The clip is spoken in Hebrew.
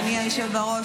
אדוני היושב-ראש,